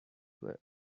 were